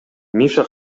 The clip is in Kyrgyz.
миша